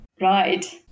Right